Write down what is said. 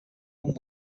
one